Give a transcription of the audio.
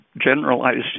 generalized